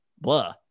blah